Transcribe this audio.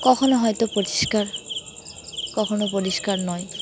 কখনও হয়তো পরিষ্কার কখনও পরিষ্কার নয়